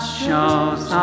shows